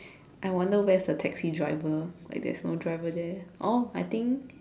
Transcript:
I wonder where's the taxi driver like there's no driver there oh I think